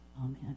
amen